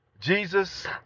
Jesus